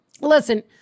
Listen